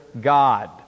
God